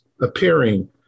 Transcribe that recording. appearing